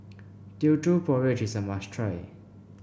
Teochew Porridge is a must try